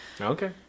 Okay